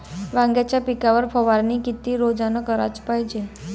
वांग्याच्या पिकावर फवारनी किती रोजानं कराच पायजे?